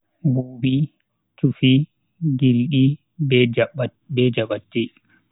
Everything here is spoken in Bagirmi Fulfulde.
Buubi, Chufi, gildi be jabatti.